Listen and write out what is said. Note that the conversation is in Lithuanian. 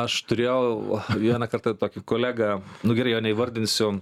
aš turėjau vieną kartą tokį kolegą nu gerai jo neįvardinsiu